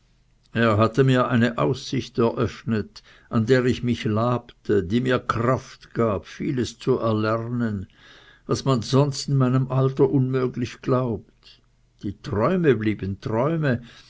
er hatte mir eine aussicht eröffnet an der ich mich labte die mir kraft gab vieles zu erlernen was man sonst in meinem alter unmöglich glaubt die träume blieben träume